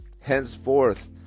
Henceforth